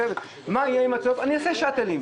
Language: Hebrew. אני אעשה שאטלים.